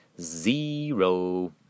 Zero